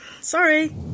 Sorry